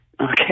Okay